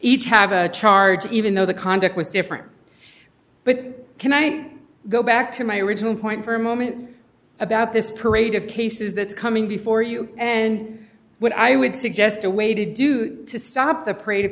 each have a charge even though the conduct was different but can i go back to my original point for a moment about this parade of cases that's coming before you and what i would suggest a way to do to stop the parade of